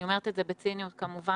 אני אומרת את זה בציניות כמובן,